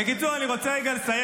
בקיצור, אני רגע רוצה לסיים.